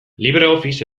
libreoffice